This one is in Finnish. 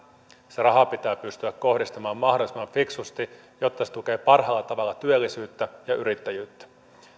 se raha pitää pystyä kohdistamaan mahdollisimman fiksusti jotta se tukee parhaalla tavalla työllisyyttä ja yrittäjyyttä